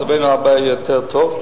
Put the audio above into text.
מצבנו היה הרבה יותר טוב.